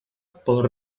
pel